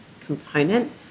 component